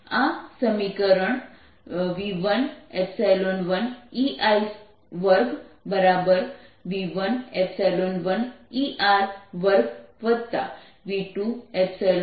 આ સમીકરણ v11EI2v11ER2v22ET2 બનશે